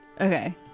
Okay